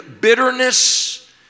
bitterness